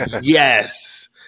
Yes